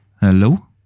Hello